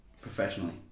professionally